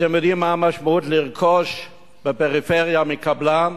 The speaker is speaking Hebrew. אתם יודעים מה המשמעות של לרכוש בפריפריה מקבלן?